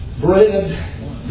Bread